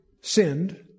sinned